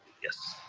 yes.